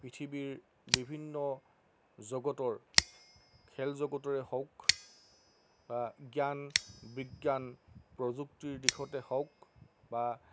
পৃথিৱীৰ বিভিন্ন জগতৰ খেল জগতৰে হওক বা জ্ঞান বিজ্ঞান প্ৰযুক্তিৰ দিশতে হওক বা